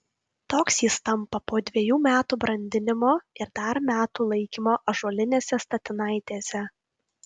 toks jis tampa po dvejų metų brandinimo ir dar metų laikymo ąžuolinėse statinaitėse